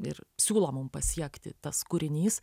ir siūlo mum pasiekti tas kūrinys